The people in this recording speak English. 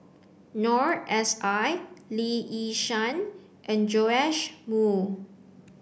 Noor S I Lee Yi Shyan and Joash Moo